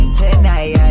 tonight